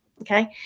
okay